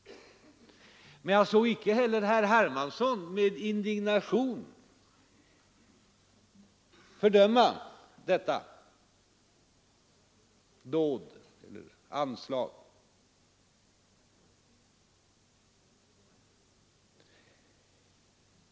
Men jag såg icke heller herr Hermansson med indignation fördöma detta anslag.